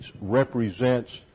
represents